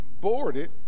boarded